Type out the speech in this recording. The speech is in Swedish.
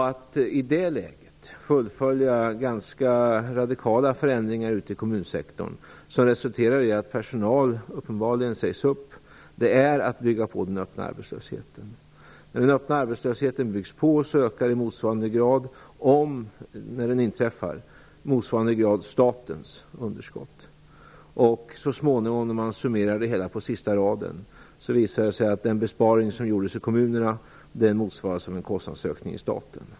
Att i det läget fullfölja ganska radikala förändringar ute i kommunsektorn, som resulterar i att personal uppenbarligen sägs upp, är att bygga på den öppna arbetslösheten. Om den öppna arbetslösheten byggs på ökar i motsvarande grad statens underskott. Så småningom, när man summerar det hela på sista raden, visar det sig att den besparing som gjordes i kommunerna motsvaras av en kostnadsökning i staten.